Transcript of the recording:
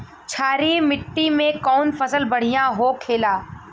क्षारीय मिट्टी में कौन फसल बढ़ियां हो खेला?